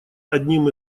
одним